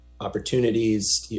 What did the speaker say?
opportunities